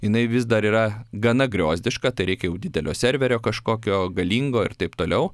jinai vis dar yra gana griozdiška tai reikia jau didelio serverio kažkokio galingo ir taip toliau